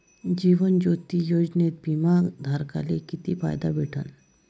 जीवन ज्योती योजनेत बिमा धारकाले किती फायदा भेटन?